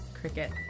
Cricket